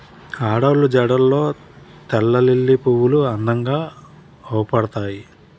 ఆడోళ్ళు జడల్లో తెల్లలిల్లి పువ్వులు అందంగా అవుపడతాయి